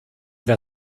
wer